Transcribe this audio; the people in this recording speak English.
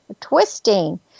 twisting